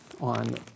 on